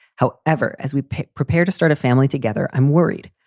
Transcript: however, as we prepare to start a family together, i'm worried.